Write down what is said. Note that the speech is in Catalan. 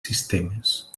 sistemes